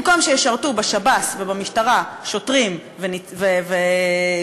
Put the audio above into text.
במקום שישרתו בשב"ס ובמשטרה שוטרים וגונדרים,